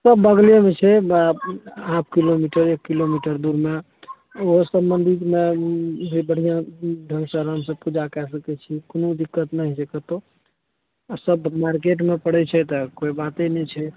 सब बगलेमे छै हाफ किलोमीटर एक किलोमीटर दूरमे ओहो सब मंदिरमे भी बढ़िआँ ढङ्ग सऽ आरामसे पूजा कए सकै छी कोनो दिक्कत नहि छै कतौ आ सब मार्केटमे पड़ै छै तऽ कोइ बाते नहि छै